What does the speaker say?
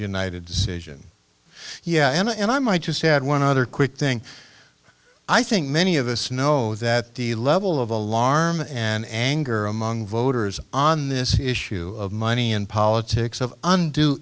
united decision yeah and i might just add one other quick thing i think many of us know that the level of alarm and anger among voters on this issue of money and politics of und